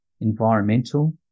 environmental